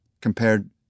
compared